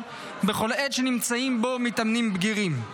בכל עת שנמצאים בו מתאמנים בגירים.